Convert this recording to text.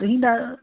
ਤੁਸੀਂ ਦੱ